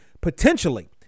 potentially